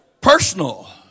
personal